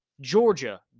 Georgia